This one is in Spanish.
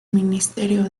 ministerio